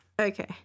Okay